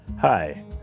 Hi